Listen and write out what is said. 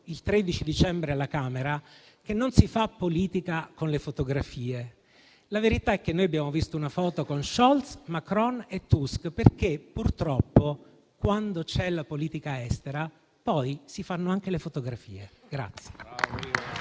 il 13 dicembre alla Camera che non si fa politica con le fotografie, la verità è che noi abbiamo visto una foto con Scholz, Macron e Tusk, perché purtroppo quando c'è la politica estera, poi si fanno anche le fotografie.